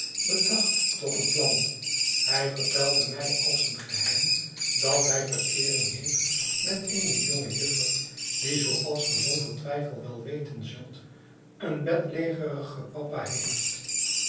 bedacht toch een plan hij vertelde mij als een geheim dat hij verkeeringheeft met eene jonge juffer die zooals ge zonder twijfel wel weten zult een bedlegerigen papa heeft